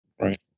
Right